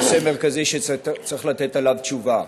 היא נושא מרכזי, שצריך לתת עליו תשובה.